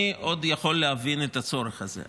אני עוד יכול להבין את הצורך הזה.